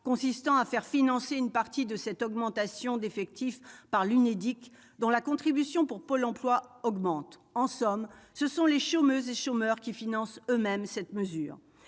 consistant à faire financer une partie de cette augmentation d'effectifs par l'Unédic, dont la contribution pour Pôle emploi augmente. En somme, ce sont les chômeuses et chômeurs qui financent eux-mêmes cette mesure